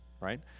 right